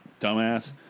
Dumbass